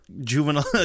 juvenile